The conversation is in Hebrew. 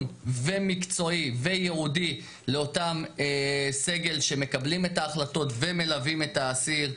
ומקצועי וייעודי לאותם סגל שמקבלים את ההחלטות ומלווים את האסיר.